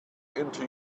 into